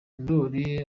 ndori